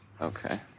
okay